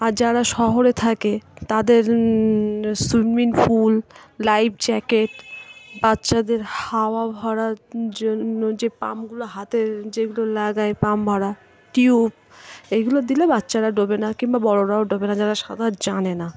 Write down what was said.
আর যারা শহরে থাকে তাদের সুইমিং পুল লাইফ জ্যাকেট বাচ্চাদের হাওয়া ভরার জন্য যে পাম্পগুলো হাতের যেগুলো লাগায় পাম্প ভরা টিউব এগুলো দিলে বাচ্চারা ডোবে না কিংবা বড়রাও ডোবে না যারা সাঁতার জানে না